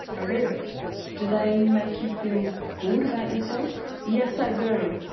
i do. do they make you feel good about yourself? yes, i do.